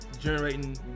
generating